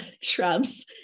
shrubs